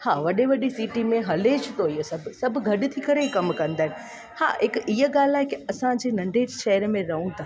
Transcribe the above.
हा वॾे वॾी सिटी में हले थो इहे सभु सभु गॾु थी करे ई कमु कंदा आहिनि हा हिकु ईअं ॻाल्हि आहे की असांजे नंढे शहर में रहूं था